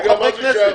רגע, מה זה שייך?